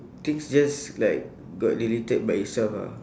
things just like got deleted by itself ah